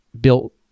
built